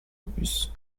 opus